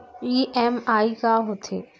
EMI का होथे?